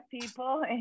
people